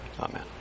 Amen